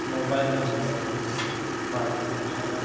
mobile number passbook ᱥᱟᱞᱟᱜ